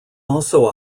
also